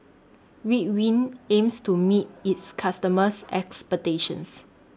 Ridwind aims to meet its customers' expectations